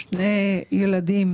שני ילדים,